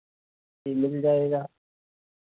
जी मिल जाएगा